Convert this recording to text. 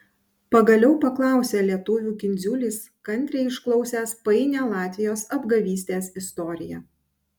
pagaliau paklausė lietuvių kindziulis kantriai išklausęs painią latvijos apgavystės istoriją